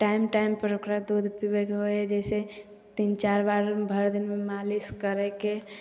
time time पर ओकरा दूध पियबैत रहै हइ जाहिसऽ तीन चारि बार भरि दिनमे मालिश करैके